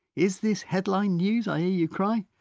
is this headline news, i hear you cry?